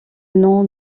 nom